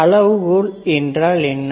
அளவுகோல் என்றால் என்ன